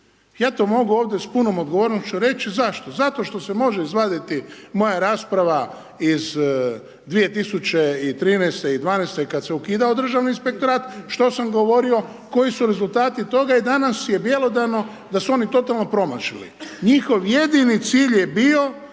ja to mogu ovdje s punom odgovornošću reći zašto, zato što se može izvaditi moja rasprava iz 2013. i 2012. kad se ukidao Državni inspektorat, što sam govorio, koji su rezultati toga i danas je bjelodano da su oni totalno promašili, njihov jedini cilj je bio